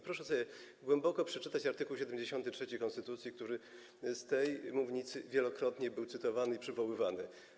Proszę sobie wnikliwie przeczytać art. 73 konstytucji, który z tej mównicy wielokrotnie był cytowany i przywoływany.